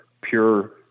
pure